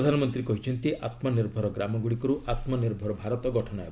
ପ୍ରଧାନମନ୍ତ୍ରୀ କହିଛନ୍ତି ଆତ୍କନିର୍ଭର ଗ୍ରାମଗୁଡ଼ିକରୁ ଆତ୍ମନିର୍ଭର ଭାରତ ଗଠନ ହେବ